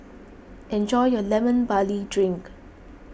enjoy your Lemon Barley Drink